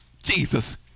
Jesus